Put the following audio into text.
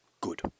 Good